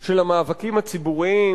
של המאבקים הציבוריים,